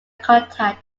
contact